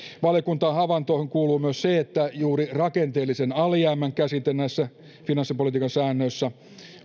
valiokunnan havaintoihin kuuluu myös se että juuri rakenteellisen alijäämän käsite näissä finanssipolitiikan säännöissä